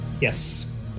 Yes